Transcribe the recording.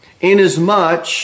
inasmuch